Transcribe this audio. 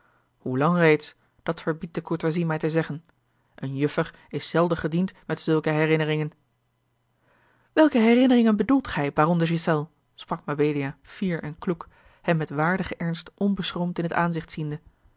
hoe lang reeds dat verbiedt de courtoisie mij te zeggen eene juffer is zelden gediend met zulke herinneringen welke herinneringen bedoelt gij baron de ghiselles sprak mabelia fier en kloek hem met waardigen ernst onbeschroomd in t aangezicht ziende